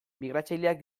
migratzaileak